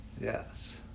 Yes